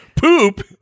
Poop